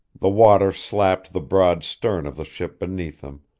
the water slapped the broad stern of the ship beneath them,